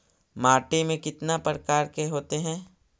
माटी में कितना प्रकार के होते हैं?